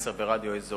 ערוץ-10 ורדיו אזורי,